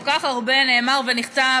כל כך הרבה נאמר ונכתב,